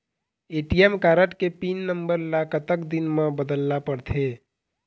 ATM card के pin number ला कतक दिन म बदलना पड़थे?